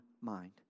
mind